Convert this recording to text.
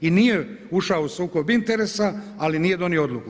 I nije ušao u sukob interesa ali nije donio odluku.